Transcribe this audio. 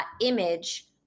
image